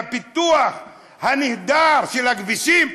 עם הפיתוח הנהדר של הכבישים,